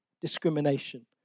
discrimination